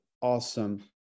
awesome